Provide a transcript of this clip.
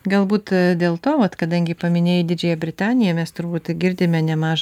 galbūt dėl to vat kadangi paminėjai didžiąją britaniją mes turbūt girdime nemažą